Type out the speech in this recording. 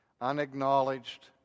unacknowledged